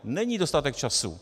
Není dostatek času.